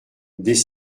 des